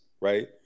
right